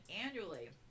annually